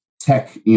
tech